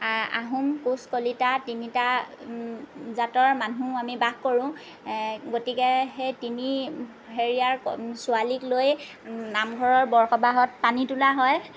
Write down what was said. আহোম কোঁচ কলিতা তিনিটা জাতৰ মানুহ আমি বাস কৰোঁ গতিকে সেই তিনি হেৰীয়াৰ ছোৱালীক লৈ নামঘৰৰ বৰসবাহত পানী তোলা হয়